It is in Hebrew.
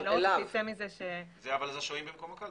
אלה השוהים במקום הקלפי.